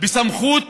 בסמכות